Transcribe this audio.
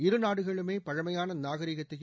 இருநாடுகளுமே பழமையான நாகரீகத்தையும்